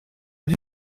but